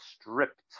stripped